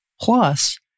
plus